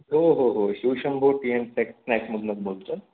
हो हो हो शिवशंभो टी अँड सेक् स्नॅक्समधूनच बोलतो आहे